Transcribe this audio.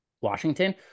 Washington